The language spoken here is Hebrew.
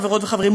חברות וחברים,